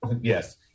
Yes